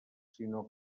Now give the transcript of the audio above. sinó